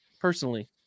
personally